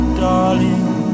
darling